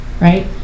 right